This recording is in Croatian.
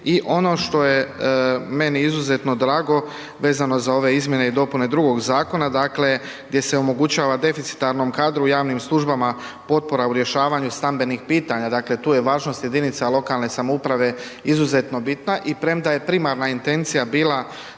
I ono što je meni izuzetno drago vezano za ove izmjene i dopune drugog zakona dakle gdje se omogućava deficitarnom kadru u javnim službama potpora u rješavanju stambenih pitanja, dakle tu je važnost jedinica lokalne samouprave izuzetno bitna. I premda je primarna intencija bila